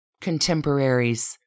contemporaries